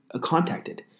contacted